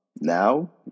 now